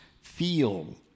feel